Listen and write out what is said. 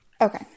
Okay